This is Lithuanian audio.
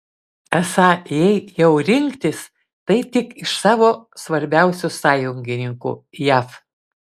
esą jei jei jau rinktis tai tik iš savo svarbiausių sąjungininkų jav